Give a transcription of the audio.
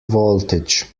voltage